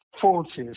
forces